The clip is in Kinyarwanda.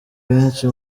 benshi